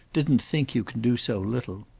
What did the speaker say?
didn't think you can do so little.